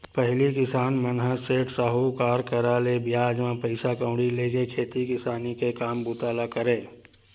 पहिली किसान मन ह सेठ, साहूकार करा ले बियाज म पइसा कउड़ी लेके खेती किसानी के काम बूता ल करय